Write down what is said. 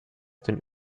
den